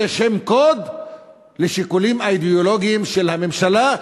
זה שם קוד לשיקולים אידיאולוגיים של הממשלה,